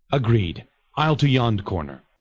agreed ile to yond corner